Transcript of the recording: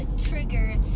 trigger